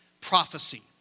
prophecy